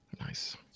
Nice